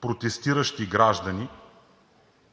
„протестиращи граждани“